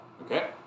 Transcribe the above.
Okay